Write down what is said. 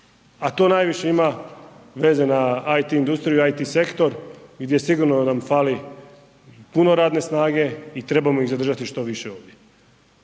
A to najviše ima veze na IT industriju i IT sektor gdje nam sigurno fali puno radne snage i trebamo ih zadržati što više ovdje.